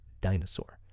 dinosaur